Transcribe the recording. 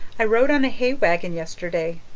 i rode on a hay wagon yesterday.